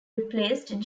replaced